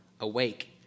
awake